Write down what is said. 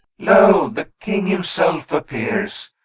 lo! the king himself appears.